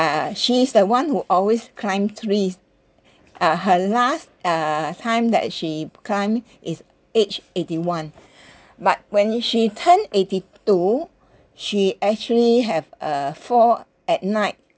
uh she's the one who always climb trees uh her last uh time that she'd climbed is age eighty one but when she turned eighty two she actually have a fall at night